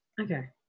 Okay